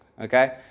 okay